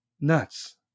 Nuts